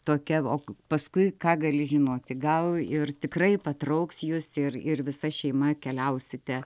tokia o paskui ką gali žinoti gal ir tikrai patrauks jus ir ir visa šeima keliausite